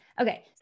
Okay